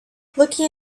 looking